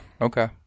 Okay